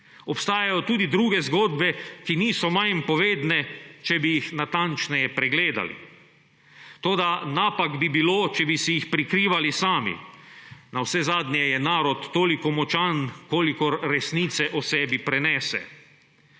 Obstajajo tudi druge zgodbe, ki niso manj povedne, če bi jih natančneje pregledali. Toda napak bi bilo, če bi si jih prikrivali sami. Navsezadnje je narod toliko močan kolikor resnice o sebi prenese.